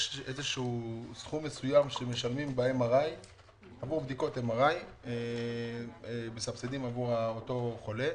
יש סבסוד לבדיקות MRI עבור החולה.